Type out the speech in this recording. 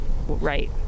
right